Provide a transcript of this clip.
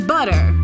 Butter